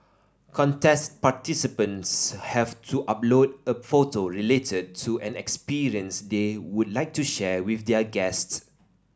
contest participants have to upload a photo related to an experience they would like to share with their guests